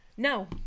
No